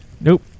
Nope